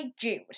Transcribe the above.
Jude